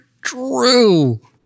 true